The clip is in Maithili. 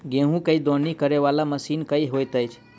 गेंहूँ केँ दौनी करै वला मशीन केँ होइत अछि?